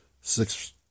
six